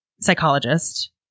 psychologist